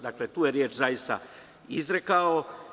Dakle, tu je reč zaista izrekao.